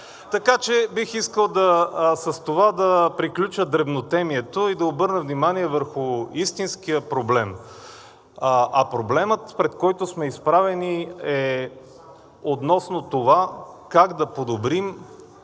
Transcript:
Така че бих искал с това да приключа дребнотемието и да обърна внимание върху истинския проблем, а проблемът, пред който сме изправени, е относно това как да подобрим